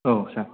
औ सार